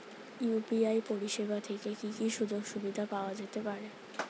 UPI পরিষেবা থেকে কি কি সুযোগ সুবিধা পাওয়া যেতে পারে?